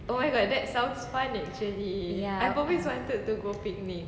ya